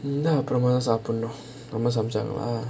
இல்ல அப்புறமா தான் சாப்பிடணும்:illa appuramaa thaan saapidanum